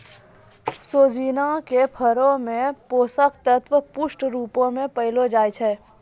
सोजिना के फरो मे पोषक तत्व पुष्ट रुपो मे पायलो जाय छै